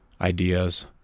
ideas